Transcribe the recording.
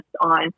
on